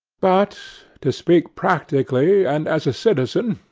but, to speak practically and as a citizen,